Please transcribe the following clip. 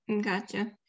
Gotcha